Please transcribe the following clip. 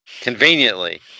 Conveniently